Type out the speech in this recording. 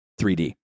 3D